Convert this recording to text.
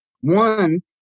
One